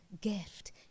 gift